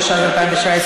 התשע"ז 2017,